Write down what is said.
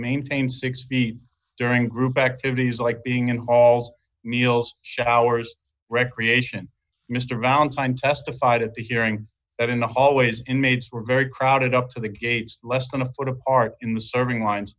maintain six feet during group activities like being in halls meals showers recreation mr valentine testified at the hearing that in the hallways inmates were very crowded up to the gates less than a foot apart in the serving lines